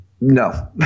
No